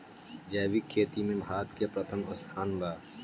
जैविक खेती में भारत के प्रथम स्थान बा